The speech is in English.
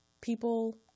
people